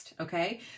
okay